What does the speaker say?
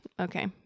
Okay